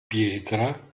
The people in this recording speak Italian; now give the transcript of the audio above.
pietra